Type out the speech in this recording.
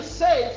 say